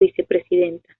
vicepresidenta